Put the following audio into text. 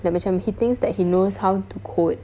like macam he thinks that he knows how to code